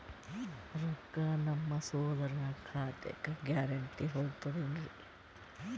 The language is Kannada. ರೊಕ್ಕ ನಮ್ಮಸಹೋದರನ ಖಾತಕ್ಕ ಗ್ಯಾರಂಟಿ ಹೊಗುತೇನ್ರಿ?